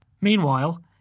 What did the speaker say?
Meanwhile